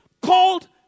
called